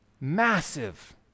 massive